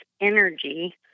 energy